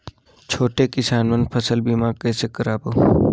छोटे किसान मन फसल बीमा कइसे कराबो?